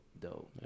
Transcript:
dope